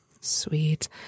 Sweet